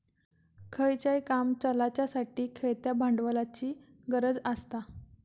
खयचाय काम चलाच्यासाठी खेळत्या भांडवलाची गरज आसता